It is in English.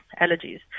allergies